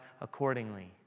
accordingly